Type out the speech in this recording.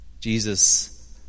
Jesus